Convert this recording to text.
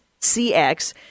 CX